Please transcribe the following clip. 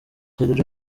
prezida